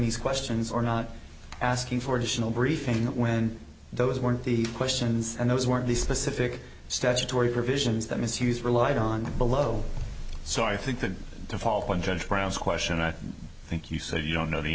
these questions or not asking for additional briefings when those weren't the questions and those weren't the specific statutory provisions that misuse relied on below so i think that to follow on judge brown's question i thank you so you don't know the